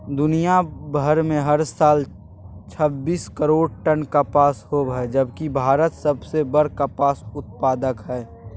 दुनियां भर में हर साल छब्बीस करोड़ टन कपास होव हई जबकि भारत सबसे बड़ कपास उत्पादक हई